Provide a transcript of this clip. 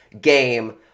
game